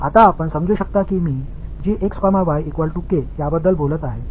இப்போது என்பதைப் பற்றி நான் சொல்கிறேன் இங்கே K நிலையானது இந்த வளைவுக்கு என்ன நடக்கும்